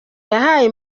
yahaye